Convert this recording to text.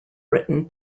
written